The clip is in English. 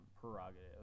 prerogative